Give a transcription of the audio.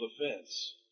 defense